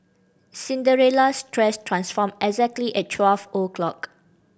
Cinderella's dress transformed exactly at twelve o'clock